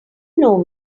know